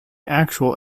actual